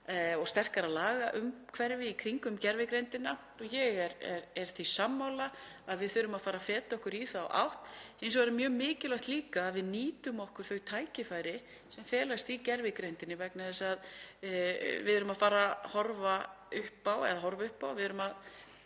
og sterkara lagaumhverfi í kringum gervigreindina og ég er því sammála að við þurfum að fara að feta okkur í þá átt. Hins vegar er líka mjög mikilvægt að við nýtum okkur þau tækifæri sem felast í gervigreindinni vegna þess að við erum að fara inn í